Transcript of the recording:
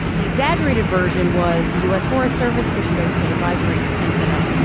the exaggerated version was the u s. forest service issued an advisory. same setup.